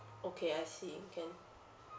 okay I see can